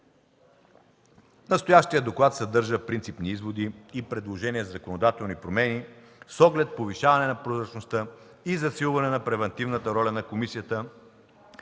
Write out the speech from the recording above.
Настоящият доклад съдържа принципни изводи и предложения за законодателни промени с оглед повишаване на прозрачността и засилване на превантивната роля на комисията,